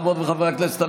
חברות וחברי הכנסת,